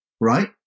right